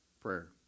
prayer